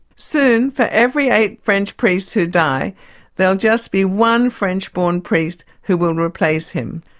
soon, for every eight french priests who die there'll just be one french born priests who will replace him.